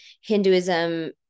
Hinduism